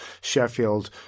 Sheffield